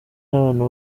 n’abantu